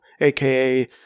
aka